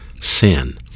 sin